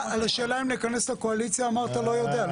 על השאלה אם להיכנס לקואליציה אמרת לא יודע.